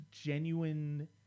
genuine